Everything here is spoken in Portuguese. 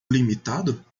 limitado